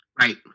Right